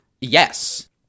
Yes